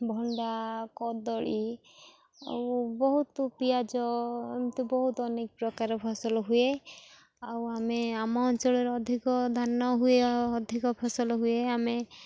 ଭଣ୍ଡା କଦଳୀ ଆଉ ବହୁତ ପିଆଜ ଏମିତି ବହୁତ ଅନେକ ପ୍ରକାର ଫସଲ ହୁଏ ଆଉ ଆମେ ଆମ ଅଞ୍ଚଳରେ ଅଧିକ ଧାନ ହୁଏ ଅଧିକ ଫସଲ ହୁଏ ଆମେ